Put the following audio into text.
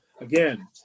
again